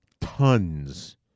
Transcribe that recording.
tons